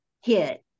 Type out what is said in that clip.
hit